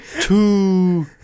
Two